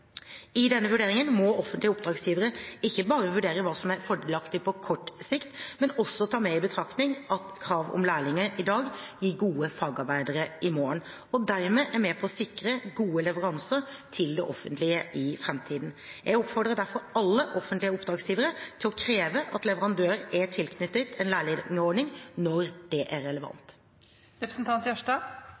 I denne vurderingen må offentlige oppdragsgivere ikke bare vurdere hva som er fordelaktig på kort sikt, men også ta med i betraktning at krav om lærlinger i dag gir gode fagarbeidere i morgen, og dermed er med på å sikre gode leveranser til det offentlige i framtiden. Jeg oppfordrer derfor alle offentlige oppdragsgivere til å kreve at leverandør er tilknyttet en lærlingordning når det er